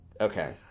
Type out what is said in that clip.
Okay